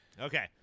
Okay